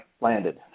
landed